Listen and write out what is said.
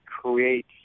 create